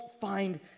find